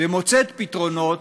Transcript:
ומוצאת פתרונות